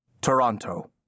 Toronto